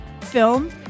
film